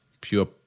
pure